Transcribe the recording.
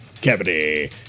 cavity